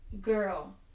girl